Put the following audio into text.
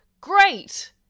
great